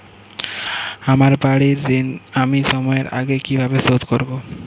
আমার বাড়ীর ঋণ আমি সময়ের আগেই কিভাবে শোধ করবো?